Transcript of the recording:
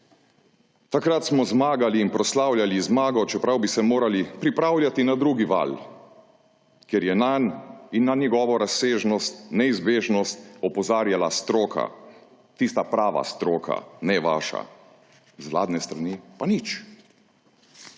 Takrat smo zmagali in proslavljali zmago, čeprav bi se morali pripravljati na drugi val, ker je nanj in njegovo razsežnost, neizbežnost opozarjala stroka, tista prava stroka ne vaša. Z vladne strani pa nič.